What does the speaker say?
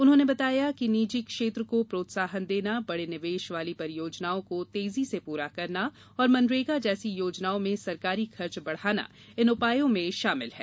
उन्होंने बताया कि निजी क्षेत्र को प्रोत्साहन देना बड़े निवेश वाली परियोजनाओं को तेजी से पूरा करना और मनरेगा जैसी योजनाओं में सरकारी खर्च बढ़ाना इन उपायों में शामिल है